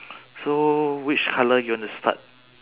so which colour you want to start